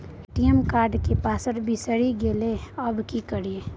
ATM card के password बिसरि गेलियै आबय की करियै?